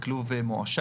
זה כלוב "מועשר",